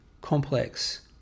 complex